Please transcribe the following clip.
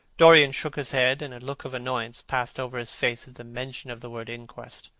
dorian shook his head, and a look of annoyance passed over his face at the mention of the word inquest.